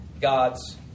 God's